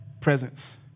presence